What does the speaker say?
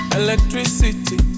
electricity